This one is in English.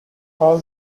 all